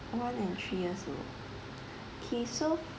one and three years old okay so